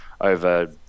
over